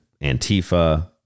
Antifa